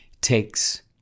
takes